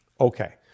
Okay